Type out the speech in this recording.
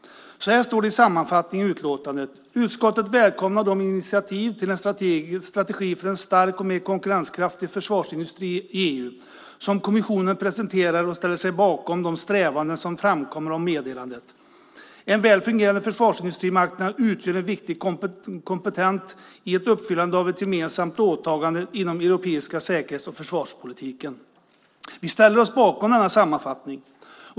Så här står det i sammanfattningen i utlåtandet: "Utskottet välkomnar det initiativ till en strategi för en starkare och mer konkurrenskraftig försvarsindustri i EU som kommissionen presenterar och ställer sig bakom de strävanden som framkommer av meddelandet. En väl fungerande försvarsindustrimarknad utgör en viktig komponent i uppfyllandet av de gemensamma åtagandena inom den europeiska säkerhets och försvarspolitiken." Vi ställer oss bakom denna sammanfattning.